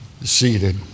seated